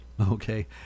Okay